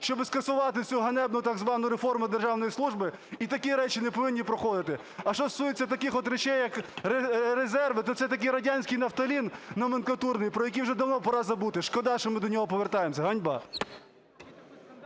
щоби скасувати цю ганебну так звану реформу державної служби. І такі речі не повинні проходити. А що стосується таких от речей, як резерви, то це такий радянський нафталін номенклатурний, про який вже давно пора забути. Шкода, що ми до нього повертаємося. Ганьба!